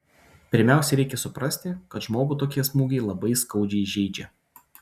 pirmiausia reikia suprasti kad žmogų tokie smūgiai labai skaudžiai žeidžia